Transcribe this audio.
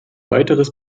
weiteres